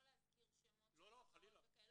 לא להזכיר שמות של חברות וכאלה,